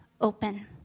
open